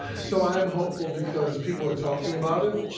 so i am hopeful because people are talking about it.